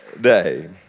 day